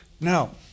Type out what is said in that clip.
Now